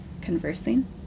conversing